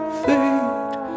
fade